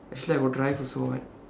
actually I got drive also [what]